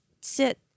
sit